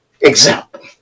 Example